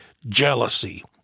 jealousy